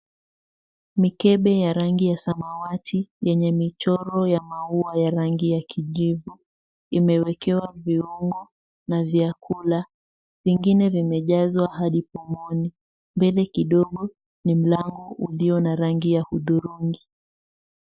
Mikebe ya rangi ya samawati yenye michoro ya maua ya rangi ya kijivu imewekewa viungo na vyakula. Vingine vimejazwa hadi pumwoni. Mbele kidogo ni mlango ulio na rangi ya hudhurungi.